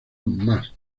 más